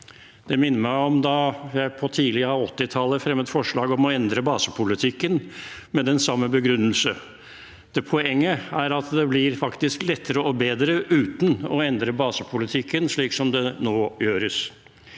Det minner meg om da jeg tidlig på 1980-tallet fremmet forslag om å endre basepolitikken, med den samme begrunnelse. Poenget er at det faktisk blir lettere og bedre uten å endre basepolitikken, slik det nå gjøres.